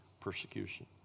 persecution